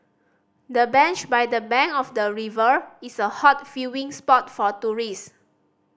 the bench by the bank of the river is a hot viewing spot for tourist